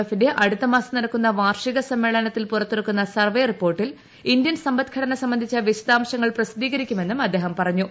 എഫിന്റെ അടുത്ത മാസം നടക്കുന്ന വാർഷിക സമ്മേളനത്തിൽ പുറത്തിറക്കുന്ന സർവ്വേ റിപ്പോർട്ടിൽ ഇന്ത്യൻ സമ്പദ്ഘടന സംബന്ധിച്ച വിശദാംശങ്ങൾ പ്രസിദ്ധീകരിക്കുമെന്നും അദ്ദേഹം പറഞ്ഞു